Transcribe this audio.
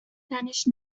تنش